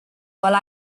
while